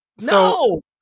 No